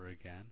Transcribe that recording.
again